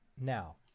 Now